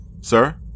Sir